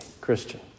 Christian